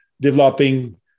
developing